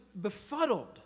befuddled